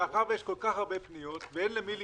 מאחר שיש כל כך הרבה פניות ואין למי לפנות,